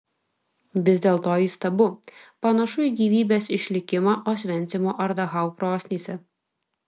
vis dėlto įstabu panašu į gyvybės išlikimą osvencimo ar dachau krosnyse